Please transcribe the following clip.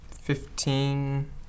Fifteen